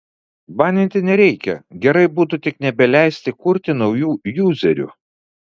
baninti nereikia gerai būtų tik nebeleisti kurti naujų juzerių